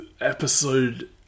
episode